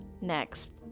next